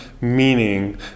meaning